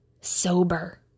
sober